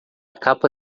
capa